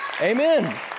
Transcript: Amen